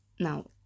Now